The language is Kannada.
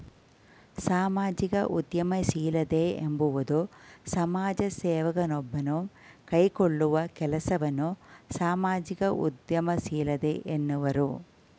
ಸಾಮಾಜಿಕ ಉದ್ಯಮಶೀಲತೆ ಎಂಬುವುದು ಸಮಾಜ ಸೇವಕ ನೊಬ್ಬನು ಕೈಗೊಳ್ಳುವ ಕೆಲಸವನ್ನ ಸಾಮಾಜಿಕ ಉದ್ಯಮಶೀಲತೆ ಎನ್ನುವರು